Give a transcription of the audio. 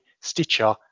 Stitcher